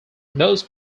most